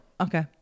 Okay